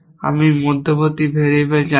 আমি মধ্যবর্তী ভেরিয়েবল জানি না